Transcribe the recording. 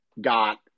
got